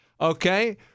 Okay